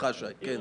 צריך